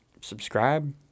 subscribe